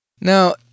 Now